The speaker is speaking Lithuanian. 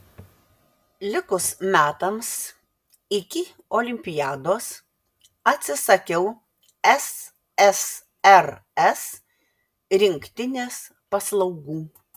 likus metams iki olimpiados atsisakiau ssrs rinktinės paslaugų